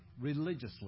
religiously